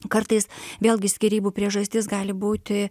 kartais vėlgi skyrybų priežastis gali būti